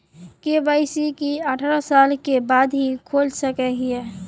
KYC की अठारह साल के बाद ही खोल सके हिये?